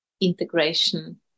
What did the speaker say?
integration